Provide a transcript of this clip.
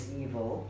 evil